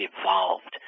evolved